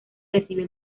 recibió